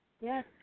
yes